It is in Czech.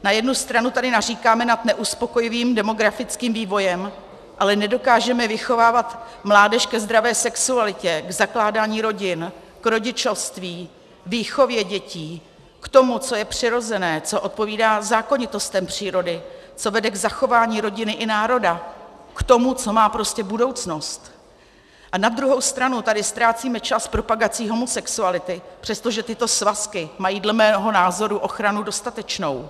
Na jednu stranu tady naříkáme nad neuspokojivým demografickým vývojem, ale nedokážeme vychovávat mládež ke zdravé sexualitě, k zakládání rodin, k rodičovství, výchově dětí, k tomu, co je přirozené, co odpovídá zákonitostem přírody, co vede k zachování rodiny i národa, k tomu, co má prostě budoucnost, a na druhou stranu tady ztrácíme čas propagací homosexuality, přestože tyto svazky mají dle mého názoru ochranu dostatečnou.